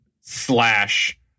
slash